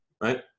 right